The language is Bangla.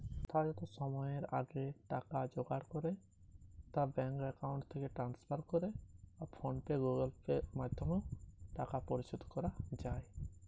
আমার গাড়ির ঋণ আমি সময়ের আগে কিভাবে পরিশোধ করবো?